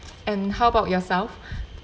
and how about yourself